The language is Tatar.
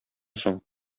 соң